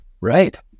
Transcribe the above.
Right